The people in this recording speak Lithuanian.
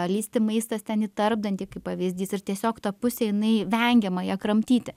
lįsti maistas ten į tarpdantį kaip pavyzdys ir tiesiog ta pusė jinai vengiama ja kramtyti